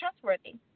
trustworthy